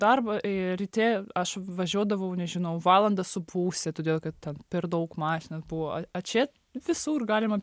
darbą ryte aš važiuodavau nežinau valandą su pusę todėl kad ten per daug mašinas buvo čia visur galima